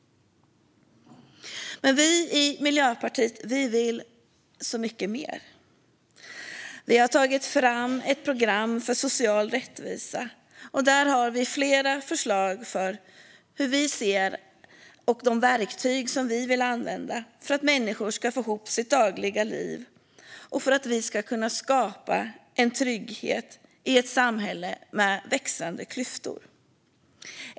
Men vi i Miljöpartiet vill så mycket mer. Vi har tagit fram ett program för social rättvisa. Där har vi flera förslag om verktyg som vi vill använda för att människor ska få ihop sina dagliga liv och för att vi ska kunna skapa en trygghet i ett samhälle med växande klyftor.